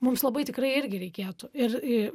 mums labai tikrai irgi reikėtų ir į